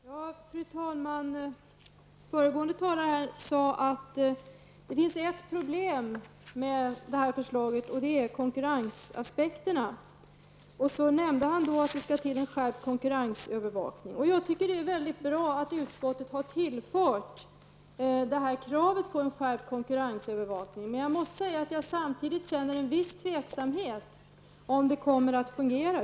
Fru talman! Föregående talare sade att det finns ett problem med det här förslaget och det är konkurrensaspekterna. Sedan nämnde han att man skall genomföra en skärpt konkurrensövervakning. Jag tycker att det är mycket bra att utskottet har tillfört detta krav på en skärpt konkurrensövervakning. Men samtidigt tvivlar jag på att det kommer att fungera.